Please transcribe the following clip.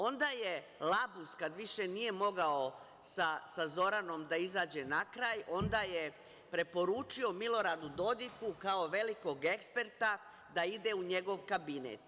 Onda je Labus, kad više nije mogao sa Zoranom da izađe na kraj, onda je preporučio Miloradu Dodiku, kao velikog eksperta, da ide u njegov kabinet.